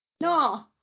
No